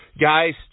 guys